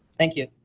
thank you.